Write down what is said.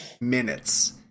minutes